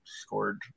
scored